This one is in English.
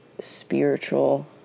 spiritual